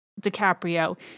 DiCaprio